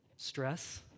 Stress